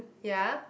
ya